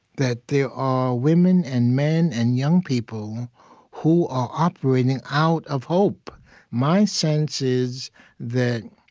that there are women and men and young people who are operating out of hope my sense is that,